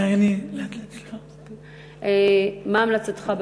אדוני סגן שר הדתות, מה המלצתך בנושא?